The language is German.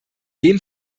dem